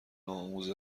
نوآموز